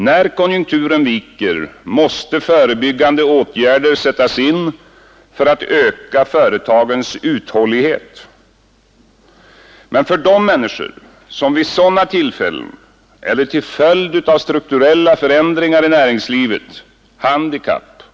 När konjunkturen viker, måste förebyggande åtgärder sättas in för att öka företagens uthållighet. Men för de människor som vid handikapp .